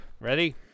Ready